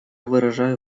выражаю